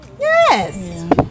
Yes